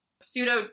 pseudo